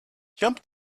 jump